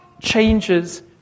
changes